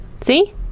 See